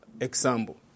example